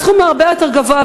הסכום הוא הרבה יותר גבוה,